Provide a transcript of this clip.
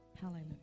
Hallelujah